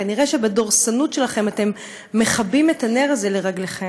כנראה בדורסנות שלכם אתם מכבים את הנר הזה לרגליכם.